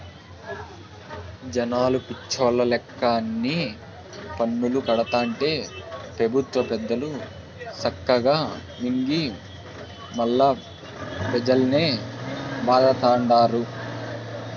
జనాలు పిచ్చోల్ల లెక్క అన్ని పన్నులూ కడతాంటే పెబుత్వ పెద్దలు సక్కగా మింగి మల్లా పెజల్నే బాధతండారు